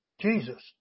Jesus